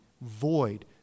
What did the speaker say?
Void